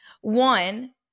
One